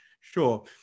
Sure